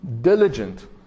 diligent